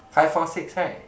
five four six right